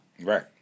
Right